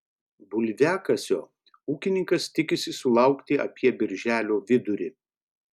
bulviakasio ūkininkas tikisi sulaukti apie birželio vidurį